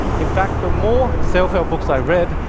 in fact, the more self-help books i read,